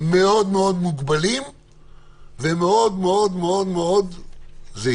ומאוד מאוד מוגבלים ומאוד מאוד זהירים.